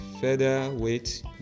featherweight